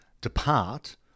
depart